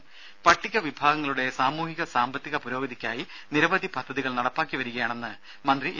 രുമ പട്ടിക വിഭാഗങ്ങളുടെ സാമൂഹിക സാമ്പത്തിക പുരോഗതിക്കായി നിരവധി പദ്ധതികൾ നടപ്പാക്കി വരികയാണെന്ന് മന്ത്രി എ